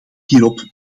hierop